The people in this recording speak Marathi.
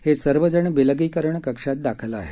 हे सर्वजण विलगीकरण कक्षात दाखल आहेत